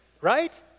Right